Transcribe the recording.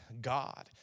God